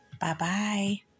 Bye-bye